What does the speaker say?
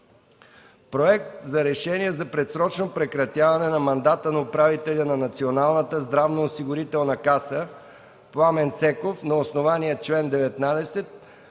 Проект за решение за предсрочно прекратяване на мандата на управителя на Националната здравноосигурителна каса Пламен Цеков на основание чл. 19,